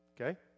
Okay